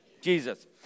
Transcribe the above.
Jesus